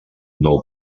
nou